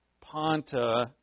ponta